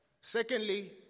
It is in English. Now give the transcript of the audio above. Secondly